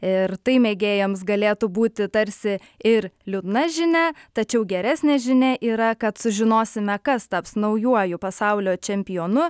ir tai mėgėjams galėtų būti tarsi ir liūdna žinia tačiau geresnė žinia yra kad sužinosime kas taps naujuoju pasaulio čempionu